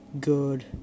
good